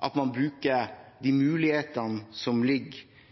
at man bruker de mulighetene som ligger